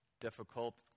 Difficult